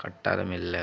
కట్టాలి మెల్లగా